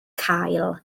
cael